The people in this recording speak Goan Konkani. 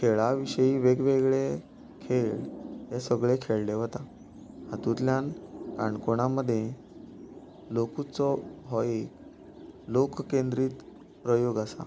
खेळा विशयी वेगवेगळे खेळ हे सगळें खेळले वता हातूंतल्यान काणकोणा मदे लोकोत्सव हो एक लोक केंद्रीत प्रयोग आसा